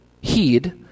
heed